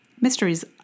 Mysteries